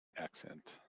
accent